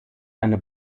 eine